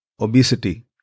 obesity